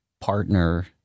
partner